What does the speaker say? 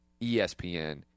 ESPN